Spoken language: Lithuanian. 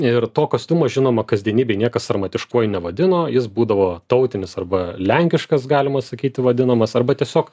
ir to kostiumo žinoma kasdienybėj niekas sarmatiškuoju nevadino jis būdavo tautinis arba lenkiškas galima sakyti vadinamas arba tiesiog